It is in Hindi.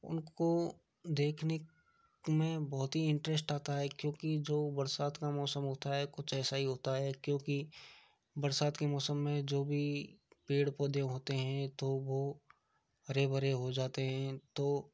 उनको देखने में बहुत ही इन्टरेष्ट आता है क्योंकि जो बरसात का मौसम होता है कुछ ऐसा ही होता है क्योंकि बरसात के मौसम में जो भी पेड़ पौधे होते हैं तो वो हरे भरे हो जाते हैं तो